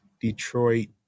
Detroit